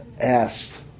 asked